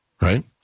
Right